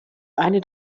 eine